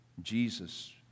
Jesus